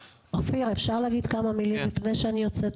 אופיר, אפשר להגיד כמה מילים לפני שאני יוצאת